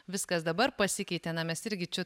viskas dabar pasikeitė na mes irgi čia